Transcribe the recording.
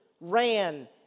ran